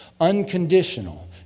Unconditional